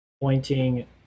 pointing